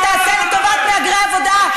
שתעשה לטובת מהגרי עבודה,